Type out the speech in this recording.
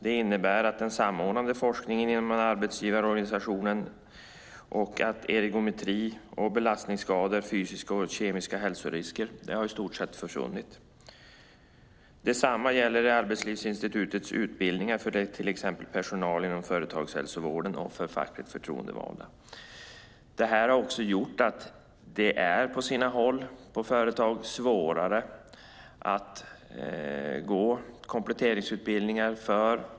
Det innebär att den samordnade forskningen inom arbetsgivarorganisationen när det gäller ergonomi, belastningsskador, fysiska och kemiska hälsorisker i stort sett har försvunnit. Detsamma gäller Arbetslivsinstitutets utbildningar till exempel för personal inom företagshälsovården och för fackligt förtroendevalda. Detta har också gjort att det på sina håll i företag är svårare för skyddsombuden att gå kompletteringsutbildningar.